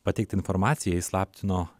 pateiktą informaciją įslaptino